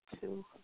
two